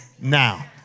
now